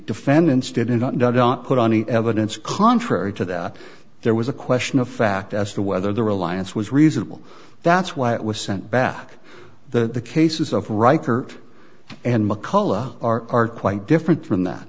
defendants didn't put on evidence contrary to that there was a question of fact as to whether the reliance was reasonable that's why it was sent back the cases of reichert and mccullough are quite different from that